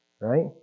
Right